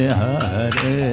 Hare